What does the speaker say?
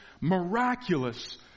miraculous